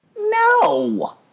No